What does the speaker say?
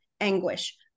anguish